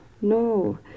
no